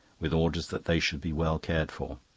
with orders that they should be well cared for.